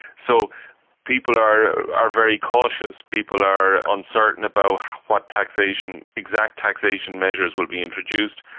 so people are are very cautious, people are uncertain about what taxation, exact taxation measures will be introduced,